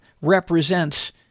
represents